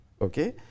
okay